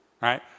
Right